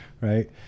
Right